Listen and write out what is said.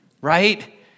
right